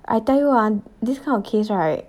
I tell you ah this kind of case right